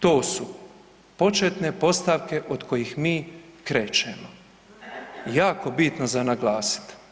To su početne postavke od kojih mi krećemo, jako bitno za naglasit.